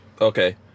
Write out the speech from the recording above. Okay